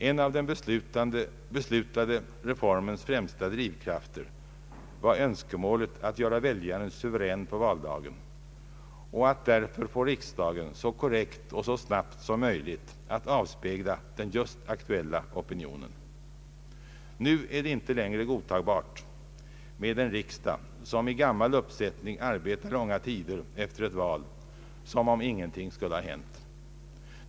En av den beslutade reformens främsta drivkrafter var önskemålet att göra väljaren suverän på valdagen och att därför få riksdagen så korrekt och så snabbt som möjligt att avspegla den just aktuella opinionen. Nu är det inte längre godtagbart med en riksdag som i gammal uppsättning arbetar långa tider efter ett val som om ingenting hade hänt.